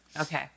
Okay